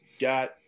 got